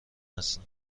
هستم